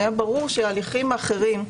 היה ברור שהליכים אחרים,